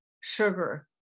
sugar